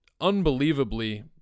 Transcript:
unbelievably